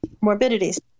morbidities